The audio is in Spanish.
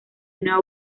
una